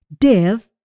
death